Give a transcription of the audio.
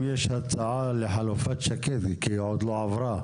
אם יש הצעה לחלופת שקד, כי היא עוד לא עברה.